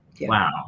Wow